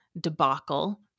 debacle